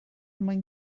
mwyn